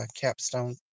Capstone